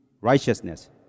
Righteousness